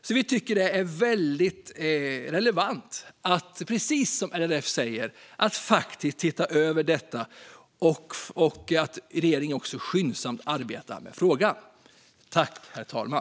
Vi tycker därför att det är väldigt relevant att, precis som LRF säger, faktiskt se över detta och att regeringen skyndsamt arbetar med frågan.